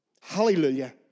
Hallelujah